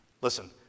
Listen